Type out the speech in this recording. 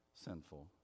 sinful